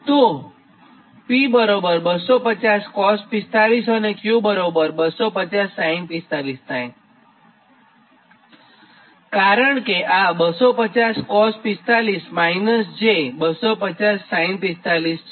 તો P 250 cos45° અને Q250 sin 45° થાય કારણ કે આ 250 cos45° j 250 sin 45° છે